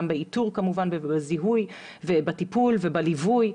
גם באיתור כמובן ובזיהוי ובטיפול ובליווי,